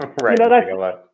Right